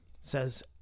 says